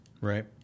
right